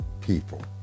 people